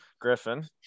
Griffin